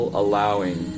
allowing